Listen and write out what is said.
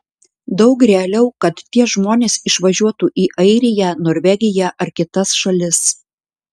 daug realiau kad tie žmonės išvažiuotų į airiją norvegiją ar kitas šalis